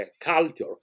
culture